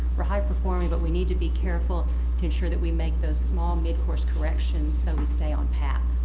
we're high performing but we need to be careful to ensure that we make those small mid-course corrections so we stay on path.